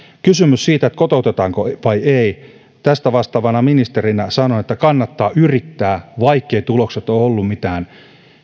kysymys kotoututetaanko vai ei tästä vastaavana ministerinä sanon että kannattaa yrittää vaikkeivat tulokset ole olleet mitään